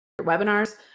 webinars